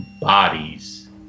bodies